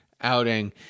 outing